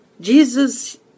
Jesus